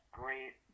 great